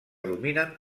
dominen